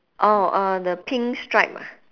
oh uh the pink stripe ah